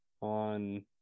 on